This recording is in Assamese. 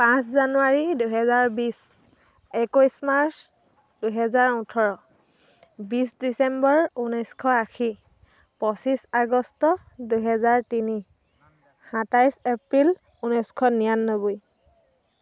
পাঁচ জানুৱাৰী দুহেজাৰ বিছ একৈছ মাৰ্চ দুহেজাৰ ওঠৰ বিছ ডিচেম্বৰ ঊনৈছশ আশী পঁচিছ আগষ্ট দুহেজাৰ তিনি সাতাইছ এপ্ৰিল ঊনৈছশ নিৰানব্বৈ